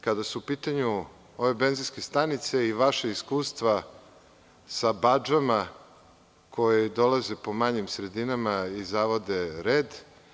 Kada su u pitanju ove benzinske stanice i vaša iskustva sa badžama koji dolaze po manjim sredinama i zavode red.